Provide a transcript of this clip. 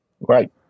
Right